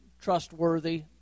trustworthy